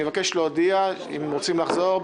אני מבקש להודיע אם רוצים לחזור,